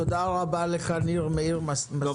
תודה רבה לך, ניר מאיר, מזכ"ל התנועה הקיבוצית.